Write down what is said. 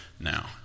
now